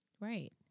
Right